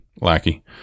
lackey